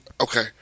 Okay